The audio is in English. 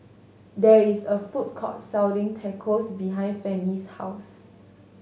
there is a food court selling Tacos behind Fannie's house